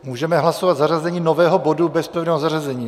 Můžeme hlasovat zařazení nového bodu bez pevného zařazení.